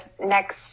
next